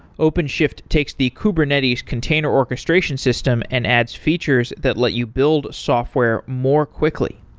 openshift takes the kubernetes container orchestration system and adds features that let you build software more quickly.